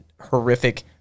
horrific